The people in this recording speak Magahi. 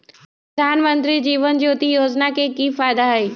प्रधानमंत्री जीवन ज्योति योजना के की फायदा हई?